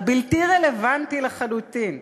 הבלתי-רלוונטי לחלוטין,